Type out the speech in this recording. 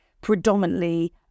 predominantly